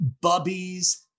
Bubby's